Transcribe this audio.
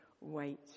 wait